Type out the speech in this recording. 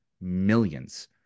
millions